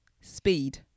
Speed